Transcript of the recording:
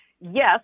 yes